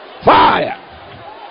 Fire